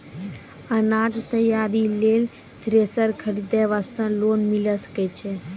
अनाज तैयारी लेल थ्रेसर खरीदे वास्ते लोन मिले सकय छै?